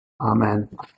Amen